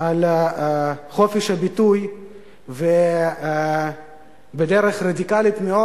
על חופש הביטוי ובדרך רדיקלית מאוד,